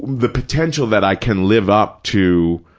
the potential that i can live up to,